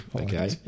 Okay